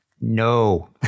no